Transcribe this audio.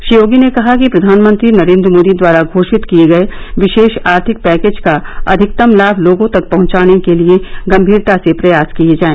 श्री योगी ने कहा कि प्रधानमंत्री नरेंद्र मोदी द्वारा घोषित किए गए विशेष आर्थिक पैकेज का अधिकतम लाभ लोगों तक पहचाने के लिए गंभीरता से प्रयास किए जाए